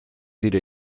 dira